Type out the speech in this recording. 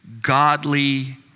Godly